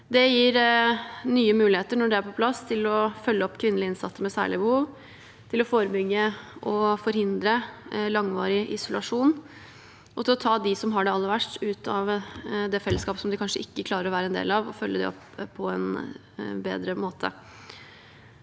Det gir nye muligheter når det er på plass, til å følge opp kvinnelige innsatte med særlige behov, til å forebygge og forhindre langvarig isolasjon, og til å ta de som har det aller verst, ut av det fellesskapet som de kanskje ikke klarer å være en del av, og følge dem opp på en bedre måte.